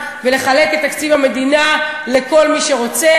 ולחלק את תקציב המדינה לכל מי שרוצה,